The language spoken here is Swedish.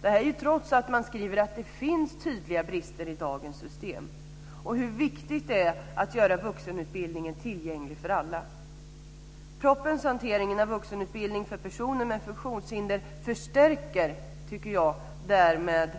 Detta trots att man själv skriver att det finns tydliga brister i dagens system och hur viktigt det är att göra vuxenutbildningen tillgänglig för alla. Propositionens hantering av vuxenutbildning för personer med funktionshinder förstärker därmed, tycker jag,